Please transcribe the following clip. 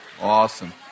Awesome